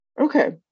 Okay